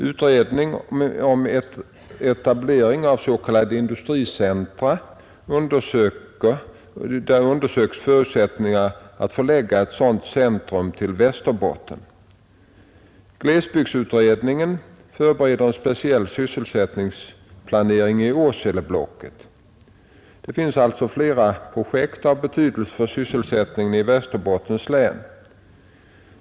Utredningen om etablering av s.k. industricentra undersöker förutsättningarna för att förlägga ett sådant centrum till Västerbotten. Glesbygdsutredningen förbereder en speciell sysselsättningsplanering i Åseleblocket. Det finns alltså flera projekt av betydelse för sysselsättningen i Västerbottens län.